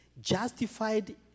justified